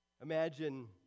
Imagine